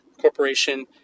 corporation